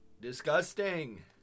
disgusting